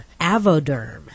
Avoderm